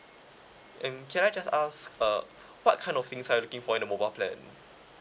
um can I just ask uh what kind of things are you looking for in the mobile plan